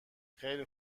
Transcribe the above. خیلی